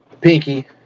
pinky